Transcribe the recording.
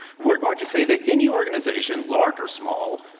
we're going to say that any organization, large or small,